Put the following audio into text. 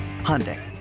Hyundai